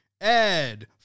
Ed